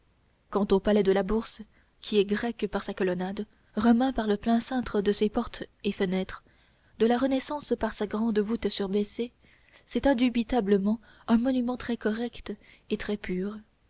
quant au palais de la bourse qui est grec par sa colonnade romain par le plein cintre de ses portes et fenêtres de la renaissance par sa grande voûte surbaissée c'est indubitablement un monument très correct et très pur